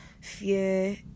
fear